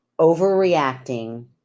overreacting